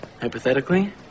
Hypothetically